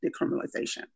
decriminalization